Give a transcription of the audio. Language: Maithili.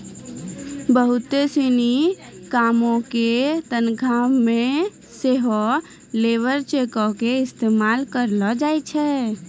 बहुते सिनी कामो के तनखा मे सेहो लेबर चेको के इस्तेमाल करलो जाय छै